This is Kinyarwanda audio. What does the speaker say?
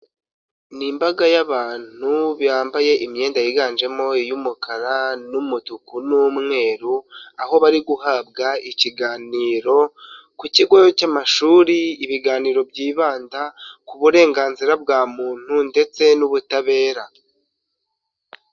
Ni imbaga y'abantu bambaye imyenda yiganjemo iy'umukara n'umutuku n'umweru aho bari guhabwa ikiganiro ku cyigo cy'amashuri, ibiganiro byibanda ku burenganzira bwa muntu ndetse n'ubutabera.